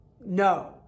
no